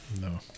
No